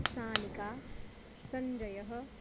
सानिका सञ्जयः